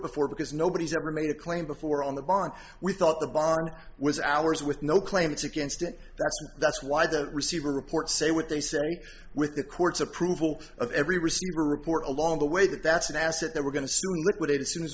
before because nobody's ever made a claim before on the bar and we thought the bar was ours with no claim it's against it that's why the receiver reports say what they said with the court's approval of every receiver report along the way that that's an asset that we're going to liquidate as soon as